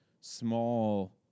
small